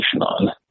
on